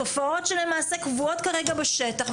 תופעות שלמעשה קבועות כרגע בשטח,